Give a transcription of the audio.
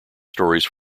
stories